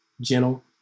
Gentle